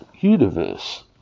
universe